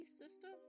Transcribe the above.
system